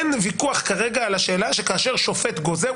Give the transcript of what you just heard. אין כרגע ויכוח על השאלה שכאשר שופט גוזר,